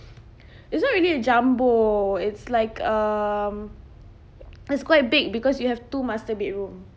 it's not really a jumbo it's like um it's quite big because you have two master bedroom